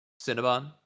Cinnabon